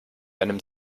einem